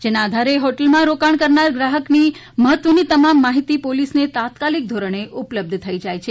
જેના આધારે હોટલમાં રોકાણ કરનાર ગ્રાહકની મહત્વની તમામ માહિતી પોલીસને તાત્કાલિક ધોરણે ઉપલબ્ધ થઇ જાય છે